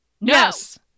Yes